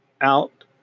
out